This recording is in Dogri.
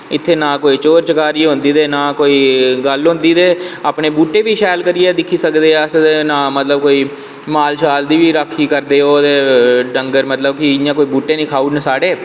इत्थें ना कोई चोर चकारी होंदी ते ना कोई गल्ल होंदी अपने बूह्टे बी सैल करियै दिक्खी सकदे अस ते ना मतलव कोई माल शाल दी बी राक्खी करदे ओग् ते डंगर मतलव बूह्टे नी खाबही ओड़न साढ़े